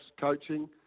coaching